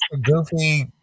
goofy